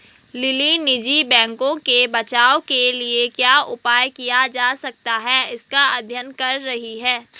lily निजी बैंकों के बचाव के लिए क्या उपाय किया जा सकता है इसका अध्ययन कर रही है